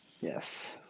Yes